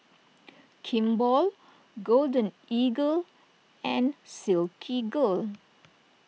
Kimball Golden Eagle and Silkygirl